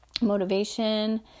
motivation